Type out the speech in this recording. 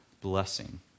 blessing